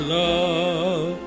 love